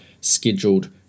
scheduled